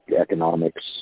Economics